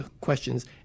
questions